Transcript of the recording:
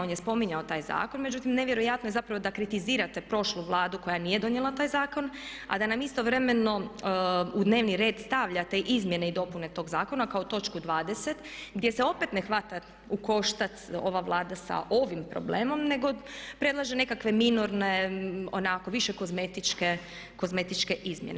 On je spominjao taj zakon, međutim nevjerojatno je zapravo da kritizirate prošlu Vladu koja nije donijela taj zakon a da nam istovremeno u dnevni red stavljate izmjene i dopune tog zakona kao točku 20 gdje se opet ne hvata u koštac ova Vlada sa ovim problemom nego predlaže neke minorne onako, više kozmetičke, kozmetičke izmjene.